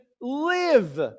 live